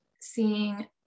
seeing